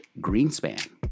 greenspan